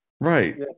right